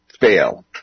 fail